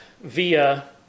via